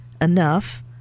enough